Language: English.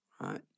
right